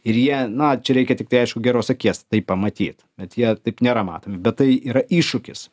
ir jie na čia reikia tiktai aišku geros akies tai pamatyt bet jie taip nėra matomi bet tai yra iššūkis